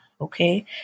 okay